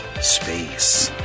space